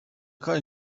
kandi